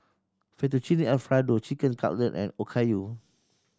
Fettuccine Alfredo Chicken Cutlet and Okayu